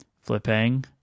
Flipping